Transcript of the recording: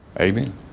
Amen